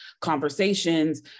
conversations